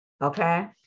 Okay